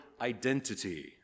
identity